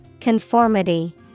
Conformity